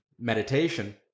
meditation